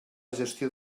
gestió